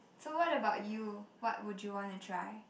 so what about you what would you wanna try